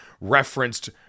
referenced